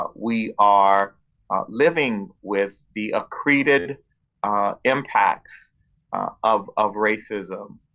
but we are living with the accreted impacts of of racism.